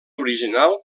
original